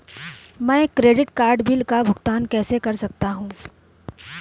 मैं credit card bill का भुगतान कैसे कर सकता हूं?